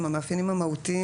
המאפיינים - המאפיינים המהותיים,